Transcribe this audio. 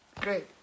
Great